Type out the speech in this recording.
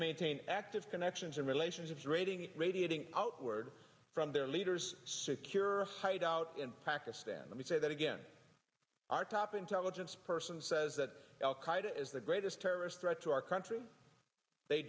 maintain active connections and relationships raiding it radiating outward from their leaders secure hideout in pakistan let me say that again our top intelligence person says that al qaida is the greatest terrorist threat to our country they